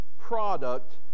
product